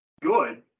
good